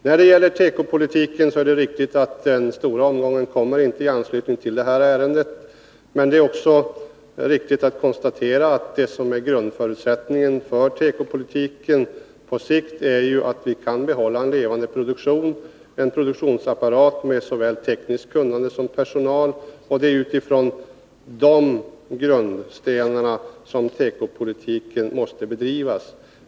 När det gäller tekopolitiken är det riktigt att den stora omgången inte kommer i anslutning till detta ärende. Men det är också viktigt att konstatera att grundförutsättningen för tekopolitiken på sikt är att vi kan behålla en levande produktion och en produktionsapparat med såväl tekniskt kunnande som personal. Det är från de grundstenarna tekopolitiken måste bedrivas.